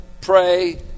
pray